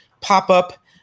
pop-up